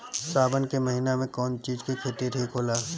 सावन के महिना मे कौन चिज के खेती ठिक होला?